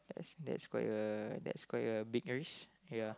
I see that's quite a that's quite a big risk ya